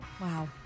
Wow